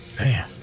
Man